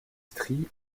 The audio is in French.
stries